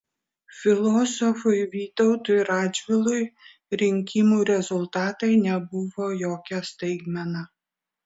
filosofui vytautui radžvilui rinkimų rezultatai nebuvo jokia staigmena